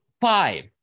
Five